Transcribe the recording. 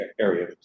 area